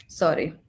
sorry